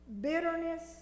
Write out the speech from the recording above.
bitterness